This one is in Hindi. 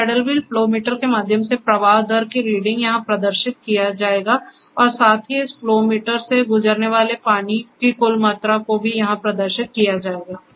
इस पैडल व्हील फ्लो मीटर के माध्यम से प्रवाह दर की रीडिंग यहां प्रदर्शित किया जाएगा और साथ ही इस फ्लो मीटर से गुजरने वाले पानी की कुल मात्रा को भी यहां प्रदर्शित किया जाएगा